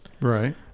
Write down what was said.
Right